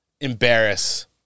embarrass